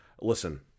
Listen